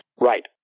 Right